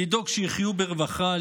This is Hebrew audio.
לדאוג שיחיו ברווחה,